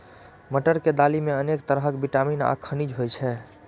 मटर के दालि मे अनेक तरहक विटामिन आ खनिज होइ छै